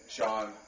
Sean